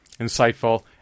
insightful